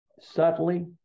subtly